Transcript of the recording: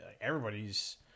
everybody's